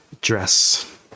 dress